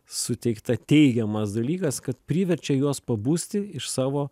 suteikta teigiamas dalykas kad priverčia juos pabusti iš savo